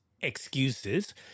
excuses